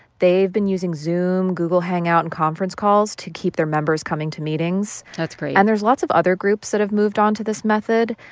they've been using zoom, google hangout and conference calls to keep their members coming to meetings that's great and there's lots of other groups that have moved on to this method.